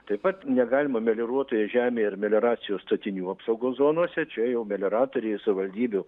taip pat negalima melioruotoje žemėje ir melioracijos statinių apsaugos zonose čia jau melioratoriai savivaldybių